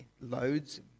Loads